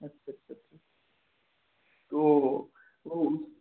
अच्छा अच्छा अच्छा तो वो